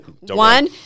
one